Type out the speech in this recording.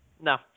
No